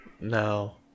No